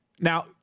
Now